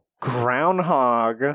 groundhog